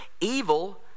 evil